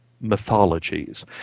mythologies